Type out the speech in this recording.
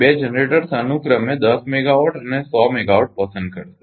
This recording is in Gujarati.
બે જનરેટરસ અનુક્રમે 10 મેગાવાટ અને 100 મેગાવાટ પસંદ કરશે